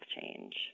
change